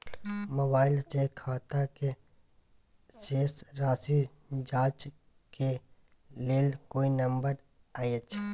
Mobile से खाता के शेस राशि जाँच के लेल कोई नंबर अएछ?